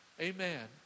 amen